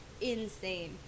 insane